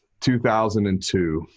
2002